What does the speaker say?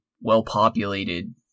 well-populated